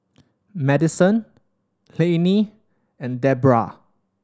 Madyson Lannie and Debrah